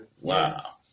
wow